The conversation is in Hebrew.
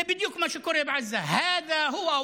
זה בדיוק מה שקורה בעזה, (אומר